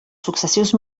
successius